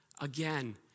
again